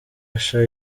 usher